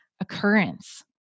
occurrence